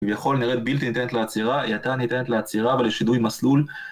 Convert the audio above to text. יכול לנרד בלתי ניתנת לעצירה, היא הייתה ניתנת לעצירה ולשינוי מסלול